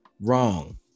wrong